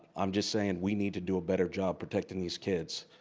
i'm just saying we need to do a better job protecting these kids.